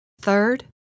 Third